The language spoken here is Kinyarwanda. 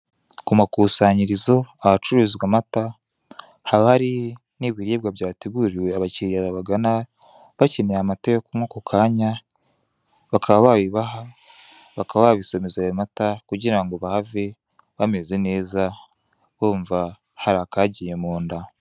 Ku makusanyirizo ahacururizwa amata; haba hari n'ibiribwa byateguriwe abakiliya babagana, bakeneye amata yo kunywa ako kanya bakaba babibaha, bakaba babisomeza ayo mata, kugira ngo bahave bameze neza, bumva hari akagiye mu nda.